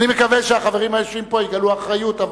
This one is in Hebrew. אני מקווה שהחברים שיושבים פה יגלו אחריות.